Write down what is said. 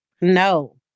No